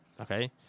okay